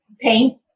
paint